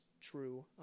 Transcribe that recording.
true